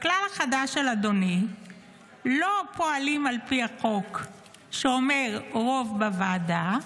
בכלל החדש של אדוני לא פועלים על פי החוק שאומר: רוב בוועדה.